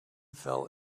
fell